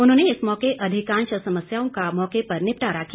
उन्होंने इस मौके अधिकांश समस्याओं का मौके पर निपटारा किया